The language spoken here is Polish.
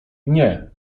nie